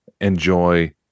enjoy